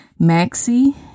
maxi